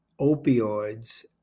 opioids